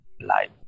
life